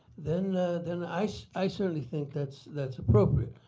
then then i so i certainly think that's that's appropriate,